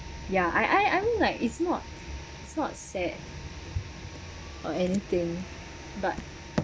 ya I I I mean like it's not sad or anything but